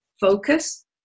Focus